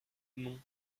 non